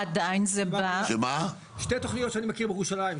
שתי תוכניות שאני מכיר בירושלים,